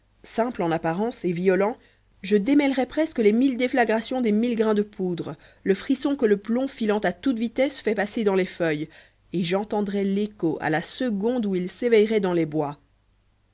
simple en apparence et violent je démêlerais presque les mille déflagrations des mille grains de poudre le frisson que le plomb filant à toute vitesse fait passer dans les feuilles et j'entendrais l'écho à la seconde où il s'éveillerait dans les bois